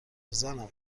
زنم